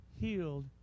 Healed